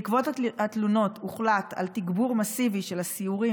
בעקבות התלונות הוחלט על תגבור מסיבי של הסיורים